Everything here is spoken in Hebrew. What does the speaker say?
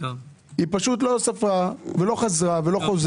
היא פשוט לא ספרה את הוועדה ולא חזרה.